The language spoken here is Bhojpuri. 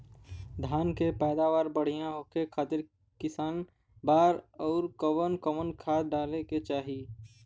धान के पैदावार बढ़िया होखे खाती कितना बार अउर कवन कवन खाद डाले के चाही?